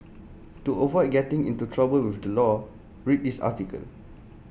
to avoid getting into trouble with the law read this article